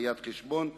ראיית-חשבון והיי-טק,